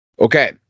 Okay